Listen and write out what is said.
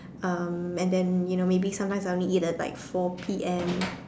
um and then you know maybe sometimes I only eat at like four P_M